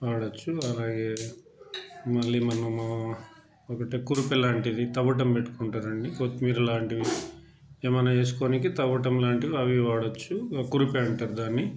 వాడచ్చు అలాగే మళ్ళీ మనము ఒకటి కురుపీ లాంటిది తవ్వటం పెట్టుకుంటారండి కొత్తిమీర లాంటివి ఏమన్నా వేసుకోనికి తవటం లాంటిది అవి వాడచ్చు కురుపి అంటారు దాన్ని